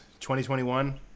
2021